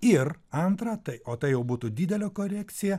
ir antra tai o tai jau būtų didelė korekcija